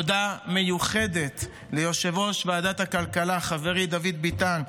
תודה מיוחדת ליושב-ראש ועדת הכלכלה חברי דוד ביטן,